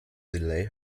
delay